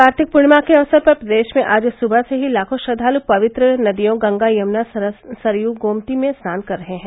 कार्तिक पूर्णिमा के अवसर पर प्रदेश में आज सुबह से ही लाखों श्रद्वालु पवित्र नदियों गंगा यमुना सरयू गोमती में स्नान कर रहे हैं